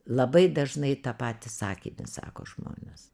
labai dažnai tą patį sakinį sako žmonės